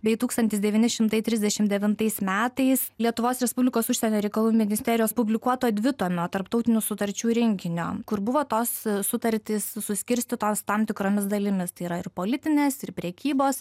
bei tūkstantis devyni šimtai trisdešimt devintais metais lietuvos respublikos užsienio reikalų ministerijos publikuoto dvitomio tarptautinių sutarčių rinkinio kur buvo tos sutartys suskirstytos tam tikromis dalimis tai yra ir politinės ir prekybos